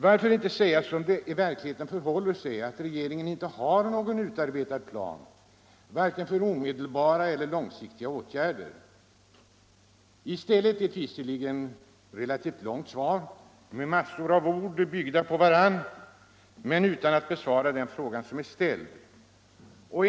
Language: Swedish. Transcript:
Varför inte säga som det verkligen förhåller sig, att regeringen inte 61 har någon utarbetad plan för vare sig omedelbara eller långsiktiga åtgärder? I stället ger statsrådet ett visserligen relativt långt svar, med massor av ord byggda på varandra, men utan att besvara den fråga som är ställd.